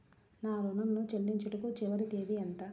నా ఋణం ను చెల్లించుటకు చివరి తేదీ ఎంత?